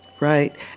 Right